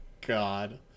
god